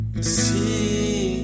see